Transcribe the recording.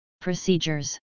procedures